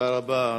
תודה רבה.